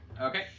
Okay